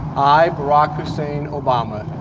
i, barack hussein obama.